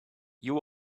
you